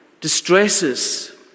distresses